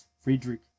Friedrich